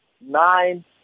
Nine